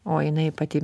o jinai pati